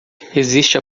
existe